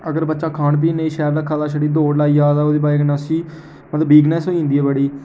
अगर बच्चा खान पीन नेईं शैल रखा दा ते छड़ी दौड़ लाई जा दा ओह्दी बजह् कन्नै उसी मतलब वीकनेस होई जन्दी बड़ी